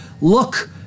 Look